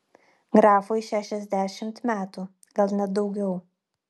grafui šešiasdešimt metų gal net daugiau